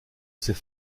sait